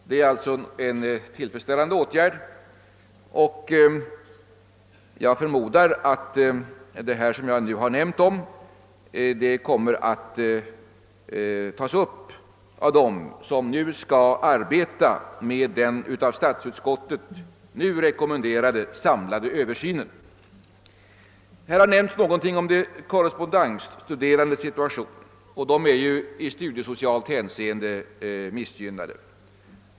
Det är en tillfredsställande åt gärd, och jag förmodar att det jag här har nämnt kommer att tas upp av dem som skall arbeta med den av statsutskottet nu rekommenderade samlade översynen. Här har nämnts någonting om de korrespondensstuderandes situation. De är ju i studiesocialt hänseende missgynnade.